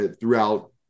throughout